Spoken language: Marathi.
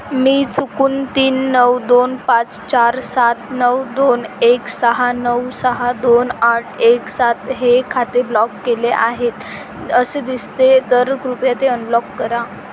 मी चुकून तीन नऊ दोन पाच चार सात नऊ दोन एक सहा नऊ सहा दोन आठ एक सात हे खाते ब्लॉक केले आहेत असे दिसते तर कृपया ते अनब्लॉक करा